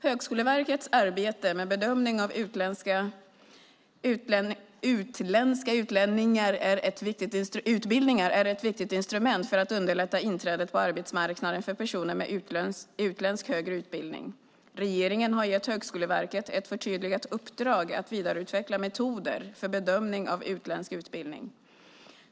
Högskoleverkets arbete med bedömning av utländska utbildningar är ett viktigt instrument för att underlätta inträdet på arbetsmarknaden för personer med utländsk högre utbildning. Regeringen har gett Högskoleverket ett förtydligat uppdrag att vidareutveckla metoder för bedömning av utländsk utbildning.